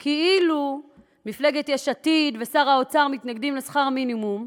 ממנו כאילו מפלגת יש עתיד ושר האוצר מתנגדים להעלאת שכר המינימום,